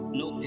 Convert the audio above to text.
no